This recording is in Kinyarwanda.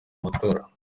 amatora